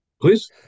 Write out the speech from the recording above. Please